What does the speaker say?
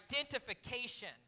identification